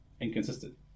inconsistent